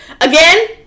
again